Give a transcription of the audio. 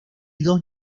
dos